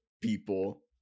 people